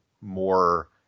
more